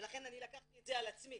לכן אני לקחתי את זה על עצמי